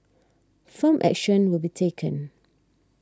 firm action will be taken